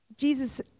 Jesus